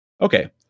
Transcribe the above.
okay